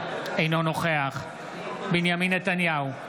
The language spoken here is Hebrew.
אינו נוכח בנימין נתניהו,